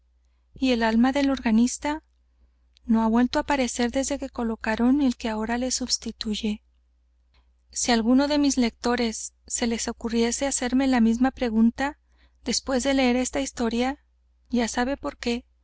y el alma del organista no ha vuelto á aparecer desde que colocaron el que ahora le sustituye si á alguno de mis lectores se le ocurriese hacerme la misma pregunta después de leer esta historia ya sabe el por qué